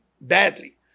badly